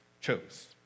chose